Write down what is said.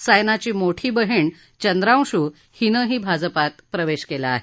सायनाची मोठी बहिण चंद्रांशू हिनंही भाजपात प्रवेश केला आहे